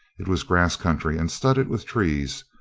it was grass country and studded with trees,